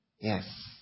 Yes